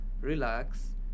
relax